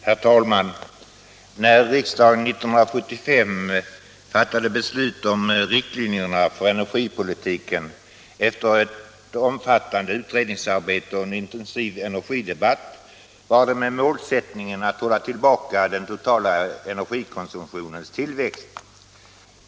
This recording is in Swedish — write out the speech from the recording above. Herr talman! När riksdagen år 1975 fattade beslut om riktlinjerna för energipolitiken, efter ett omfattande utredningsarbete och en intensiv energidebatt, var målsättningen att hålla tillbaka den totala energikonsumtionens tillväxt.